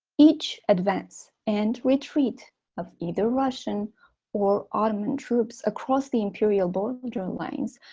each advance and retreat of either russian or ottoman troops across the imperial borderlines,